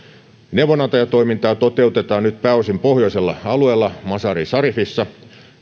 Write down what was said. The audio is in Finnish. neuvonantajatoimintaa toteutetaan nyt pääosin pohjoisella alueella mazar i sharifissa